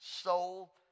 soul